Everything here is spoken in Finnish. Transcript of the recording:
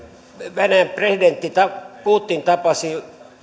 venäjän presidentti putin tapasi